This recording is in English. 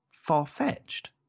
far-fetched